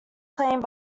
playing